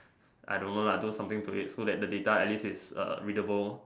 I don't know lah do something to it so that the data at least is uh readable